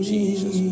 Jesus